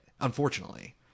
unfortunately